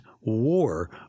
war